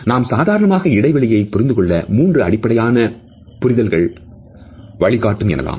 நாம் சாதாரணமாக இடைவெளியை புரிந்துகொள்ள மூன்று அடிப்படையான புரிதல்கள் வழிகாட்டும் எனலாம்